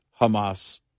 Hamas